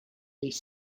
les